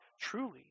truly